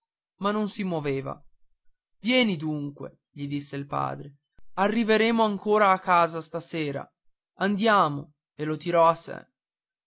ma non si muoveva vieni dunque gli disse il padre arriveremo ancora a casa stasera andiamo e lo tirò a sé